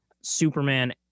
Superman